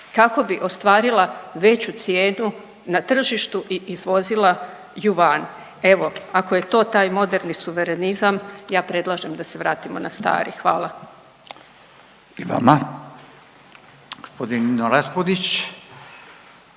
kako bi ostvarila veću cijenu na tržištu i izvozila ju van. Evo ako je to taj moderni suverenizam ja predlažem da se vratimo na stari. Hvala. **Radin, Furio